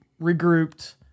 regrouped